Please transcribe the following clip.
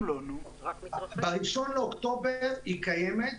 ב-1 באוקטובר היא קיימת,